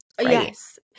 Yes